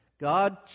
God